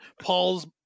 paul's